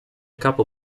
capo